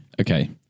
Okay